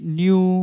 new